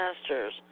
Masters